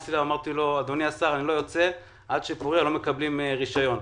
נכנסתי אליו ואמרתי לו שאני לא יוצא עד שפורייה מקבלים רישיון.